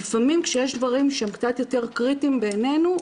לפעמים כשיש דברים שהם קצת יותר קריטיים בעינינו,